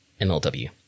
MLW